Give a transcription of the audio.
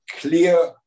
clear